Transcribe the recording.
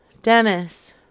Dennis